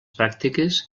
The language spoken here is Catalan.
pràctiques